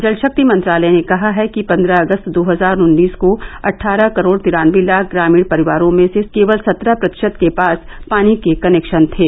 जल शक्ति मंत्रालय ने कहा है कि पन्द्रह अगस्त दो हजार उन्नीस को अट्ठारह करोड़ तिरानवे लाख ग्रामीण परिवारों में से केवल सत्रह प्रतिशत के पास पानी के कनेक्शन थे